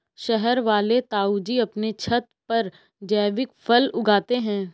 शहर वाले ताऊजी अपने छत पर जैविक फल उगाते हैं